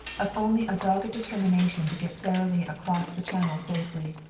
of only a dogged determination to get sara lee across the channel safely.